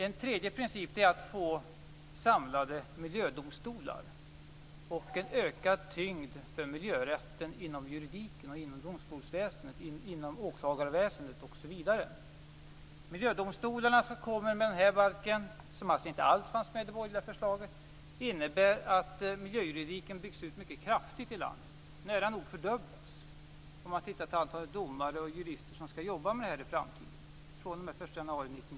En tredje princip är att få samlade miljödomstolar och en ökad tyngd för miljörätten inom juridiken - domstolsväsendet, åklagarväsendet osv. Miljödomstolarna, som kommer med den här balken men inte alls fanns med i det borgerliga förslaget, innebär att miljöjuridiken byggs ut mycket kraftigt i landet. Den nära nog fördubblas sett till antalet domare och jurister som fr.o.m. den 1 januari 1999 skall jobba med detta.